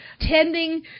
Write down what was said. tending